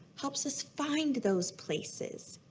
helps us find those places.